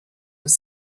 was